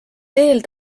teel